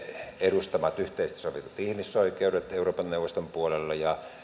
edustamat yhteisesti sovitut ihmisoikeudet euroopan neuvoston puolella ja